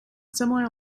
similar